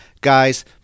Guys